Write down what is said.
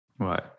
Right